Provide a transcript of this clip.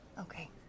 Okay